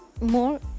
more